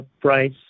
price